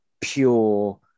pure